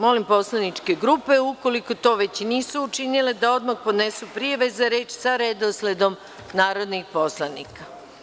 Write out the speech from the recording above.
Molim poslaničke grupe, ukoliko to već nisu učinile, da odmah podnesu prijave za reč sa redosledom narodnih poslanika.